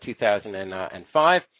2005